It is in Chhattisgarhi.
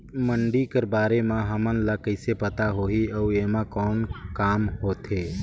मंडी कर बारे म हमन ला कइसे पता होही अउ एमा कौन काम होथे?